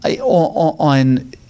on